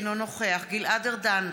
אינו נוכח גלעד ארדן,